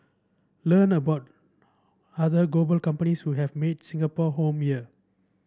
learn about other global companies who have made Singapore home here